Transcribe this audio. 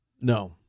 No